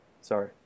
Sorry